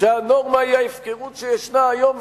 שהנורמה היא ההפקרות שישנה היום.